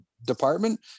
department